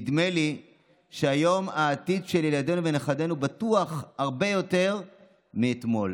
נדמה לי שהיום העתיד של ילדינו ונכדינו בטוח הרבה יותר מאתמול,